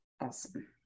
Awesome